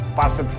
passa